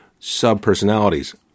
subpersonalities